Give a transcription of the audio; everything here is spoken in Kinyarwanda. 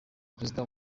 perezida